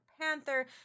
Panther